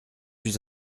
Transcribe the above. suis